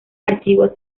archivos